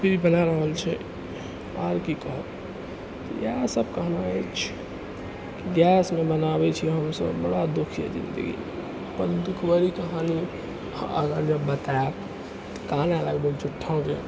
अभी भी बनै रहल छै आर की कहब तऽ इएह सभ कहना अछि गैसमे बनाबै छियै हमसभ बड़ा दुख यऽ जिन्दगीमे अपन दुखभरी कहानी अगर जे बतायब तऽ कानऽ लगबै झुठोके